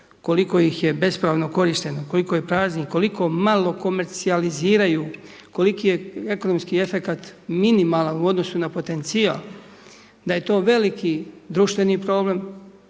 koliko ih je bespravno korišteno, koliko je praznih, koliko malo komercijaliziraju, koliki je ekonomski efekat minimalan u odnosu na potencijal, da je to veliki društveni problem,